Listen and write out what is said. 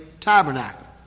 tabernacle